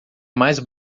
mais